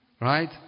Right